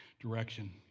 direction